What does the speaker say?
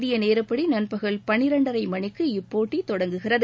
இந்திய நேரப்படி நண்பகல் பன்னிரெண்டரை மணிக்கு இப்போட்டி தொடங்குகிறது